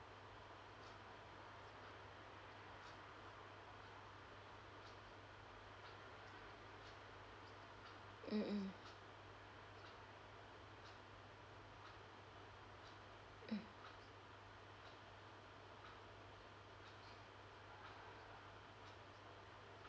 um um uh